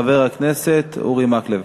חבר הכנסת אורי מקלב.